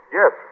yes